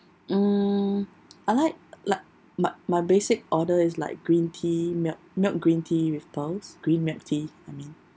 mm I like li~ my my basic order is like green tea milk milk green tea with pearls green milk tea I mean